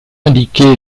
indiquée